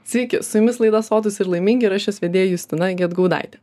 sveiki su jumis laida sotūs ir laimingi ir aš jos vedėja justina gedgaudaitė